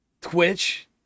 Twitch